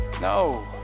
No